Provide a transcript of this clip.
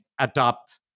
adopt